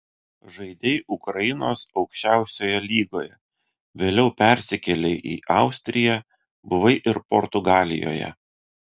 žaidei ukrainos aukščiausioje lygoje vėliau persikėlei į austriją buvai ir portugalijoje